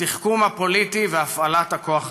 התחכום הפוליטי והפעלת הכוח הצבאי.